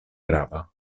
grava